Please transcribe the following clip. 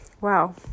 Wow